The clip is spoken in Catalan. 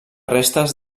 restes